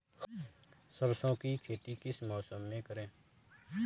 सरसों की खेती किस मौसम में करें?